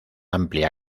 amplia